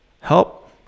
help